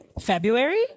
February